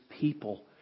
people